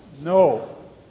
No